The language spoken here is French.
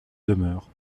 demeure